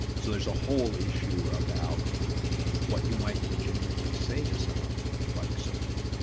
so there's a whole issue about what you might legitimately say to someone like sophie.